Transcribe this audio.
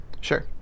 Sure